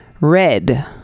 red